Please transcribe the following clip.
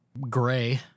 gray